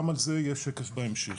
גם על זה יש שקף בהמשך.